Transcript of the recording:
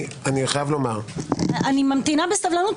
אני חייב לומר -- אני ממתינה בסבלנות.